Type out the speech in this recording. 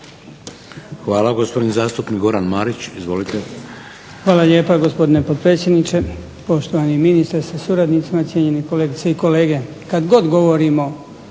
Hvala. Gospodin zastupnik Goran Marić. Izvolite. **Marić, Goran (HDZ)** Hvala lijepa gospodine potpredsjedniče. Poštovani ministre sa suradnicima, cijenjeni kolegice i kolege. Kada god govorimo